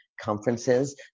conferences